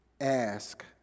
ask